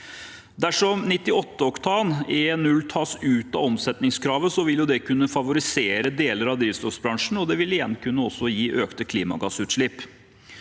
oktan E0 tas ut av omsetningskravet, vil det kunne favorisere deler av drivstoffbransjen, og det vil igjen kunne gi økte klimagassutslipp.